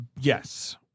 Yes